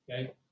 Okay